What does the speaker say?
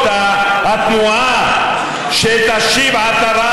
הנושא של השיקום,